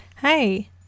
Hey